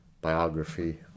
biography